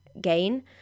gain